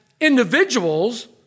individuals